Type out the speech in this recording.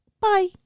Bye